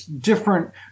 different